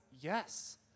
yes